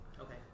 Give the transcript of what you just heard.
okay